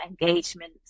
engagement